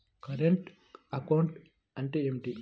Current account అంటే ఏమిటి?